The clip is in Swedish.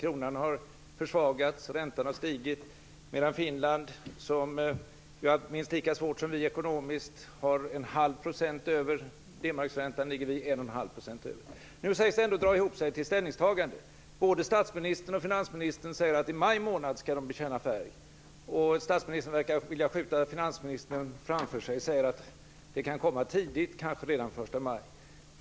Kronan har försvagats och räntan har stigit. Medan Finland, som ju har det minst lika svårt som vi ekonomiskt, ligger 1⁄2 % över D-marksräntan, ligger vi Nu sägs det ändå dra ihop sig till ett ställningstagande. Både statsministern och finansministern säger att de skall bekänna färg i maj månad. Statsministern verkar vilja skjuta finansministern framför sig och säger att det kan komma tidigt, kanske redan 1 maj.